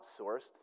outsourced